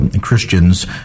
Christians